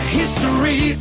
history